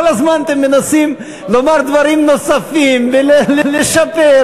כל הזמן אתם מנסים לומר דברים נוספים, לשפר.